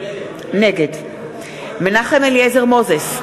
נגד מנחם אליעזר מוזס,